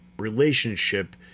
Relationship